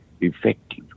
effective